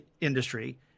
industry